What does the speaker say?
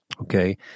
Okay